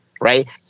right